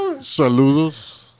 Saludos